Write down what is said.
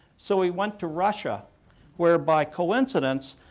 so he went to russia where, by coincidence,